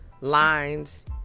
lines